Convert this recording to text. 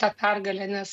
tą pergalę nes